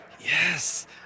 yes